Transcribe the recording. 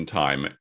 time